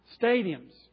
stadiums